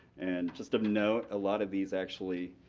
and just a note, a lot of these actually,